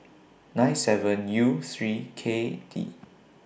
nine seven U three K D